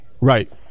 right